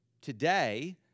today